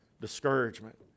discouragement